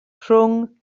rhwng